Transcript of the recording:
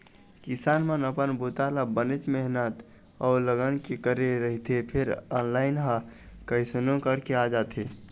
किसान मन अपन बूता ल बनेच मेहनत अउ लगन ले करे रहिथे फेर अलहन ह कइसनो करके आ जाथे